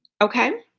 Okay